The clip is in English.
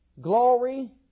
glory